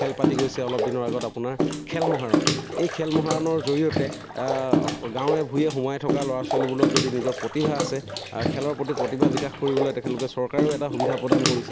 খেল পাতি গৈছে অলপ দিনৰ আগত আপোনাৰ খেল মহাৰণ এই খেল মহাৰণৰ জৰিয়তে গাঁৱে ভূঞে সোমাই থকা ল'ৰা ছোৱালীবোৰক যদি নিজৰ প্ৰতিভা আছে খেলৰ প্ৰতি প্ৰতিভা বিকাশ কৰিবলৈ তেখেতলোকে চৰকাৰেও এটা সুবিধা প্ৰদান কৰিছে